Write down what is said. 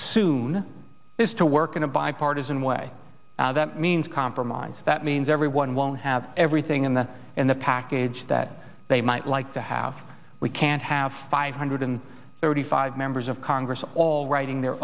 soon is to work in a bipartisan way that means compromise that means everyone won't have everything in the in the package that they might like to have we can't have five hundred thirty five members of congress all writing their